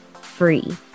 free